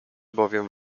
bowiem